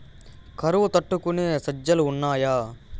కరువు తట్టుకునే సజ్జలు ఉన్నాయా